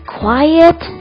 quiet